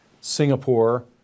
Singapore